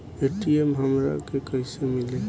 ATM हमरा के कइसे मिली?